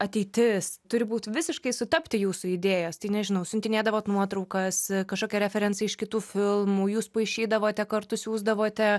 ateitis turi būt visiškai sutapti jūsų idėjos tai nežinau siuntinėdavot nuotraukas kažkokia referencija iš kitų filmų jūs paišydavote kartu siųsdavote